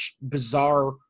bizarre